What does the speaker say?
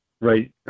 Right